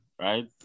right